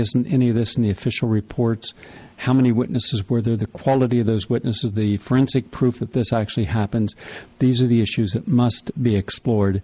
isn't any of this new official reports how many witnesses were there the quality of those witnesses the forensic proof that this actually happens these are the issues that must be explored